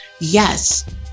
Yes